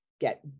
get